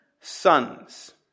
sons